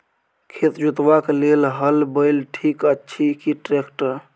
खेत जोतबाक लेल हल बैल ठीक अछि की ट्रैक्टर?